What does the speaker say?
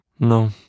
No